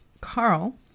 Carl